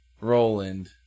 Roland